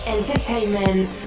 Entertainment